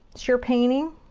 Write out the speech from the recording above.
it's your painting.